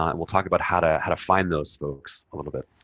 um and we'll talk about how to how to find those folks a little bit.